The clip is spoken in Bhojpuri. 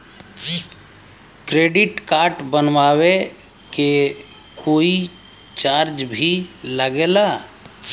क्रेडिट कार्ड बनवावे के कोई चार्ज भी लागेला?